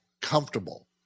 comfortable